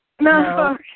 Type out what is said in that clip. No